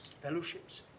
fellowships